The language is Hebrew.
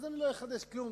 אז אני לא אחדש כלום,